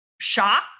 shocked